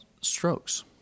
strokes